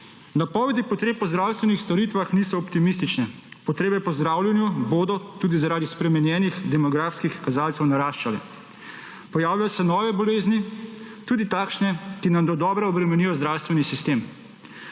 Napovedi potreb po zdravstvenih storitvah niso optimistične, potrebe po zdravljenju bodo tudi zaradi spremenjenih demografskih kazalcev naraščale. Pojavljajo se nove bolezni tudi takšne, ki nam do dobra obremenijo zdravstveni sistem.